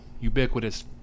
ubiquitous